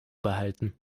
behalten